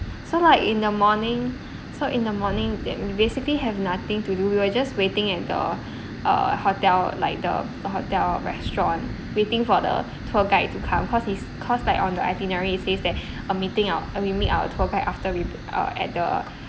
so like in the morning so in the morning that we basically have nothing to do we were waiting and the uh hotel like the the hotel restaurant waiting for the tour guide to come cause he's cause like on the itinerary it says that err meeting our uh we meet our tour guide after we err at the